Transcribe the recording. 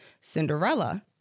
Cinderella